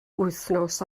wythnos